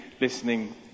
listening